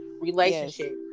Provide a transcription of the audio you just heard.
relationship